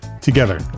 together